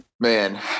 Man